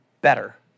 better